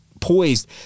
poised